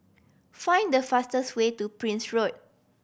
find the fastest way to Prince Road